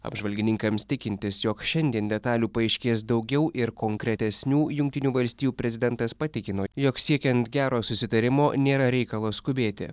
apžvalgininkams tikintis jog šiandien detalių paaiškės daugiau ir konkretesnių jungtinių valstijų prezidentas patikino jog siekiant gero susitarimo nėra reikalo skubėti